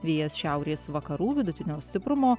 vėjas šiaurės vakarų vidutinio stiprumo